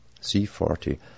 C40